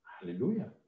Hallelujah